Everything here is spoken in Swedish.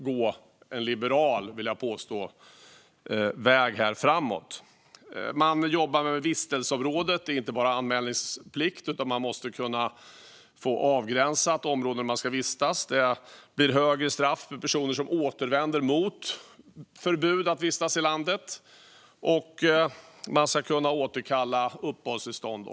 Vi försöker, vill jag påstå, gå en liberal väg framåt. Man vill jobba med vistelseområdet. Det handlar inte bara om anmälningsplikt, utan man måste avgränsa det område där en person får vistas. Det blir högre straff för personer som återvänder och därmed bryter mot ett förbud att vistas i landet. Man ska också i dessa fall kunna återkalla uppehållstillstånd.